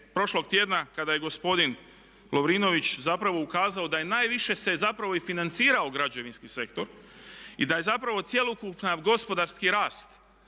prošlog tjedna kada je gospodin Lovrinović zapravo ukazao da je najviše se zapravo i financirao građevinski sektor i da je zapravo cjelokupan gospodarski rast